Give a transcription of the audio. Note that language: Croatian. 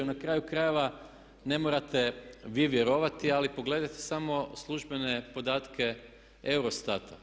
Na kraju krajeva ne morate vi vjerovati ali pogledajte samo službene podatke EUROSTAT-a.